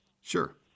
Sure